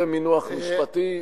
זה מינוח משפטי.